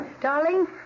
Darling